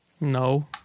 no